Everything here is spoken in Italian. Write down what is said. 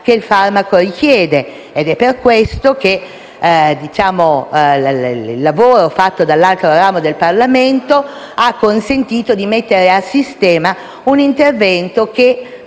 che il farmaco richiede. È per questo che il lavoro fatto dall'altro ramo del Parlamento ha consentito di mettere a sistema un intervento che